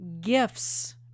gifts